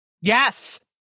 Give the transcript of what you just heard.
yes